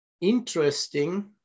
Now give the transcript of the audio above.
interesting